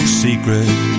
secret